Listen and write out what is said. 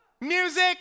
Music